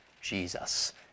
Jesus